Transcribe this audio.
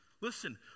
Listen